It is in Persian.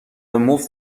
مفت